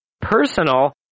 personal